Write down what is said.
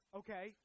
okay